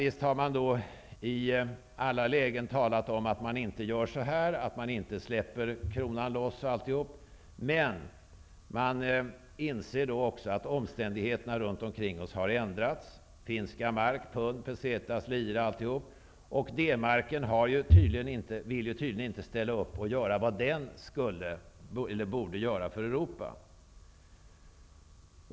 Visst har man i alla lägen talat om att inte släppa loss kronan, men man inser också att omständigheterna runt omkring oss har ändrats. marken vill man tydligen inte göra vad man borde göra för Europa.